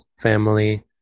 family